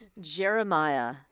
Jeremiah